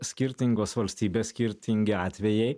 skirtingos valstybės skirtingi atvejai